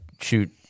shoot